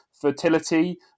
fertility